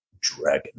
Dragon